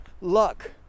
luck